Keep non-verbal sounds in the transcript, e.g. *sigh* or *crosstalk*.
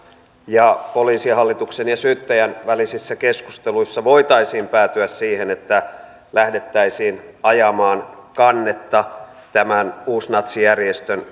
ja poliisihallituksen ja syyttäjän välisissä keskusteluissa voitaisiin päätyä siihen että lähdettäisiin ajamaan kannetta tämän uusnatsijärjestön *unintelligible*